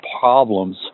problems